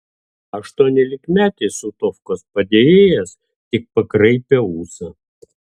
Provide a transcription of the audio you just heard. aštuoniolikmetis utovkos padėjėjas tik pakraipė ūsą